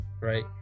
right